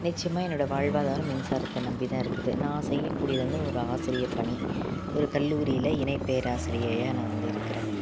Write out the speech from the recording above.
நிச்சயமா என்னோடய வாழ்வாதாரம் மின்சாரத்தை நம்பி தான் இருக்குது நான் செய்ய கூடியது வந்து ஒரு ஆசிரியப்பணி ஒரு கல்லூரியில் இணை பேராசிரியையாக நான் வந்து இருக்கிறேன்